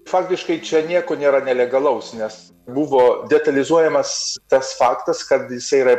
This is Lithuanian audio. faktiškai čia nieko nėra nelegalaus nes buvo detalizuojamas tas faktas kad jisai yra